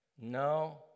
no